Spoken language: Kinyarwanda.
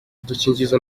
udukingirizo